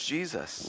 Jesus